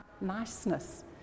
niceness